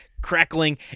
crackling